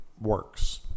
works